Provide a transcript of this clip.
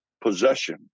possession